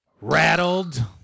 rattled